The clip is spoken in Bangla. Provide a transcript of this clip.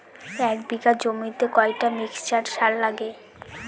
এক বিঘা জমিতে কতটা মিক্সচার সার লাগে?